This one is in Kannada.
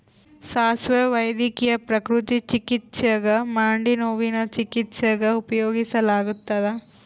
ಸಾಸುವೆ ವೈದ್ಯಕೀಯ ಪ್ರಕೃತಿ ಚಿಕಿತ್ಸ್ಯಾಗ ಮಂಡಿನೋವಿನ ಚಿಕಿತ್ಸ್ಯಾಗ ಉಪಯೋಗಿಸಲಾಗತ್ತದ